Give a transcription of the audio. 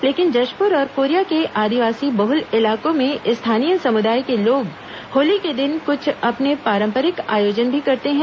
लेकिन जशपुर और कोरिया के आदिवासी बहल इलाकों में स्थानीय समुदाय के लोग होली के दिन कुछ अपने पारंपरिक आयोजन भी करते हैं